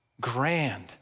grand